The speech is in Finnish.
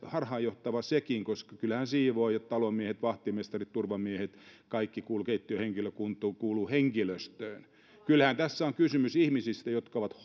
harhaanjohtava sekin koska kyllähän siivoojat talonmiehet vahtimestarit turvamiehet kaikki keittiöhenkilökunta kuuluvat henkilöstöön kyllähän tässä on kysymys ihmisistä jotka ovat